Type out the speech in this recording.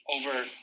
over